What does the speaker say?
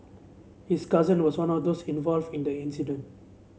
his cousin was one of those involved in the incident